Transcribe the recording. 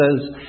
says